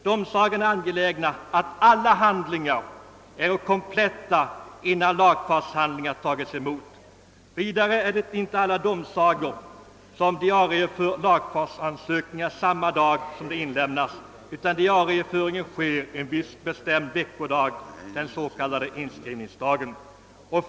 Domsagorna är angelägna om att alla handlingar är kompletta innan lagfartshandlingarna tas emot; Vidare är det inte alla domsagor som diarieför lagfartsansökan samma dag som den inlämnas, utan diarieföringen sker en viss bestämd veckodag, den s.k. inskrivningsdagen.